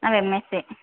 ನಾವು M SC